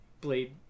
blade